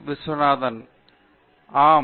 Viswanathan Aam